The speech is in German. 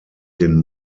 den